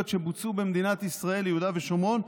שבוצעו במדינת ישראל ליהודה ושומרון,